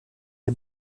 des